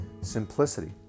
simplicity